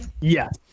Yes